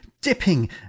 dipping